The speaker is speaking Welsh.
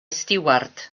stiward